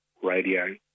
radio